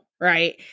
Right